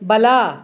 ಬಲ